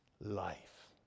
life